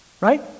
Right